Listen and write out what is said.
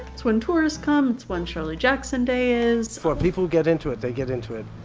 it's when tourists come, it's when shirley jackson day is. people get into it, they get into it,